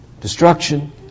Destruction